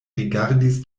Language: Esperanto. rigardis